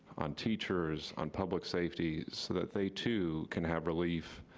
on teachers, on public safety, so that they too can have relief